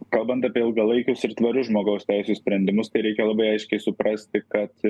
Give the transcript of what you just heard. kalbant apie ilgalaikius ir tvarius žmogaus teisių sprendimus tai reikia labai aiškiai suprasti kad